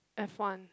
F one